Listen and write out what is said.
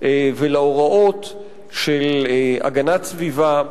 ולהוראות של הגנת הסביבה,